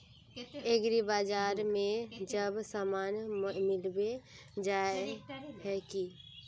एग्रीबाजार में सब सामान मिलबे जाय है की?